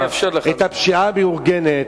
את הפשיעה המאורגנת,